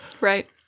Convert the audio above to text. Right